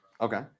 Okay